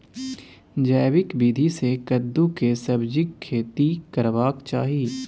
जैविक विधी से कद्दु के सब्जीक खेती करबाक चाही?